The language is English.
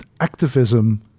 activism